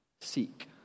Seek